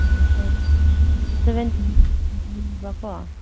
ꯎꯝ ꯍꯣꯏ ꯁꯦꯕꯦꯟ